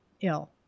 ill